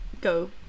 go